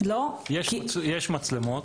יש מצלמות,